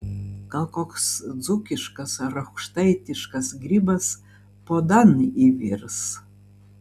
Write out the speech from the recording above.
gal koks dzūkiškas ar aukštaitiškas grybas puodan įvirs